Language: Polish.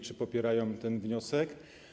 Czy popierają ten wniosek?